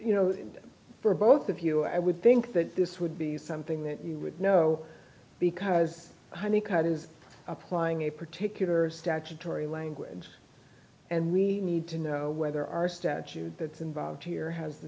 you know for both of you i would think that this would be something that you would know because any kind is applying a particular statutory language and we need to know whether our statute that's involved here has the